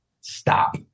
Stop